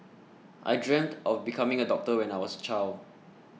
I dreamt of becoming a doctor when I was a child